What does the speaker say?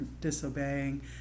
disobeying